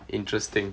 interesting